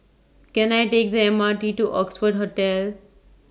Can I Take The M R T to Oxford Hotel